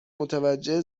متوجه